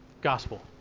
gospel